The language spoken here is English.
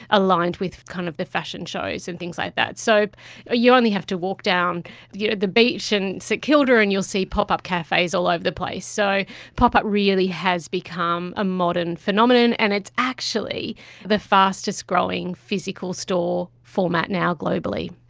aligned with kind of the fashion shows and things like that. so ah you only have to walk down you know the beach in st kilda and you'll see pop-up cafes all over the place. so pop-up really has become a modern phenomenon and it's actually the fastest growing physical store format now globally.